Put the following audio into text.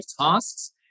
tasks